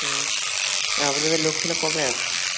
হুম আপনাদের লোক তাহলে কবে আসবে